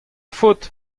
faot